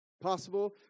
Possible